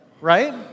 right